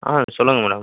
ஆ சொல்லுங்கள் மேடம்